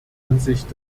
ansicht